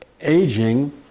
aging